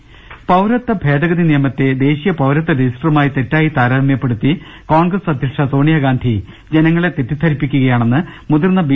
ദർവ്വട്ടെഴ പൌരത്വ ഭേദഗതി നിയമത്തെ ദേശീയ പൌരത്വ രജിസ്റ്ററുമായി തെറ്റായി താരതമ്യപ്പെടുത്തി കോൺഗ്രസ് അധ്യക്ഷ സോണിയഗാന്ധി ജനങ്ങളെ തെറ്റി ദ്ധരിപ്പിക്കുകയാണെന്ന് മുതിർന്ന ബി